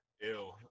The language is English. ew